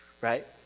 right